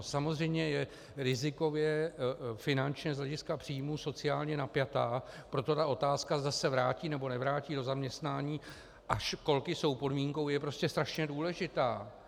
Samozřejmě je rizikově finančně z hlediska příjmů i sociálně napjatá, proto ta otázka, zda se vrátí, nebo nevrátí do zaměstnání a školky jsou podmínkou, je prostě strašně důležitá.